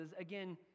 Again